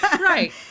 Right